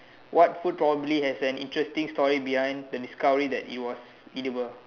what food probably has an interesting story behind the discovery that it was edible